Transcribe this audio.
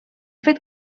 fet